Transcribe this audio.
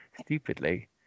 stupidly